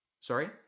Sorry